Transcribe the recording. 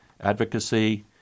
advocacy